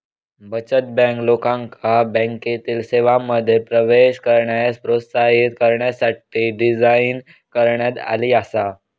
बचत बँक, लोकांका बँकिंग सेवांमध्ये प्रवेश करण्यास प्रोत्साहित करण्यासाठी डिझाइन करण्यात आली आसा